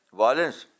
violence